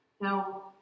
Now